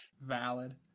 Valid